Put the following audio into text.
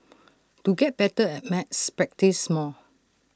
to get better at maths practise more